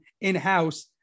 in-house